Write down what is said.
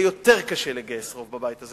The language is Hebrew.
בזה יש לי תחושה שיהיה יותר קשה לגייס רוב בבית הזה,